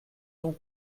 sont